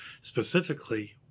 specifically